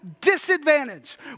disadvantage